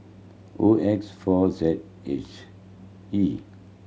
O X four Z it's E